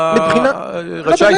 אתה רשאי.